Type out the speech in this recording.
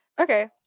Okay